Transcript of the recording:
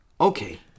Okay